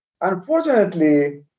Unfortunately